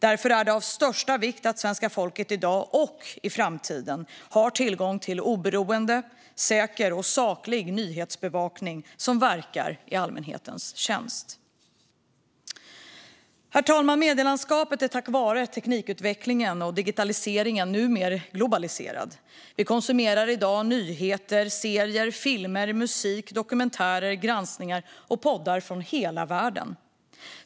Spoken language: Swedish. Därför är det av största vikt att svenska folket i dag och i framtiden har tillgång till oberoende, säker och saklig nyhetsbevakning som verkar i allmänhetens tjänst. Herr talman! Medielandskapet är tack vare teknikutvecklingen och digitaliseringen numera globaliserad. Vi konsumerar i dag nyheter, serier, filmer, musik, dokumentärer, granskningar och poddar från hela världen.